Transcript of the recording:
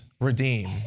redeem